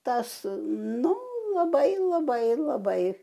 tas nu labai labai labai